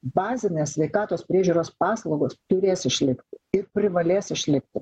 bazinės sveikatos priežiūros paslaugos turės išlikti ir privalės išlikti